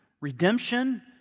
redemption